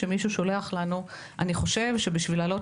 למשל שמישהו שולח לנו שהוא חושב שבשביל להעלות